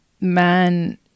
man